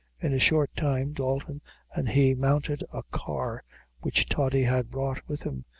in a short time dalton and he mounted a car which toddy had brought with him,